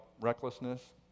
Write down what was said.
recklessness